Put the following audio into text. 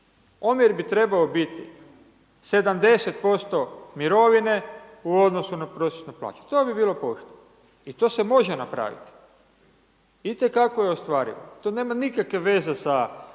Omjer bi trebao biti 70% mirovinu u odnosu na prosječnu plaću. To bi bilo pošteno i to se može napraviti. Vidite kako je ostvarivo, to nema nikakve veze sa